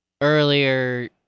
earlier